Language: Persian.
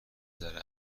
ذره